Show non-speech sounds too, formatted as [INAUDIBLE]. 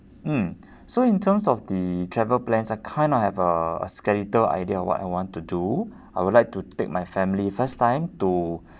mm [BREATH] so in terms of the travel plans I kind of have a a skeletal idea of what I want to do I would like to take my family first time to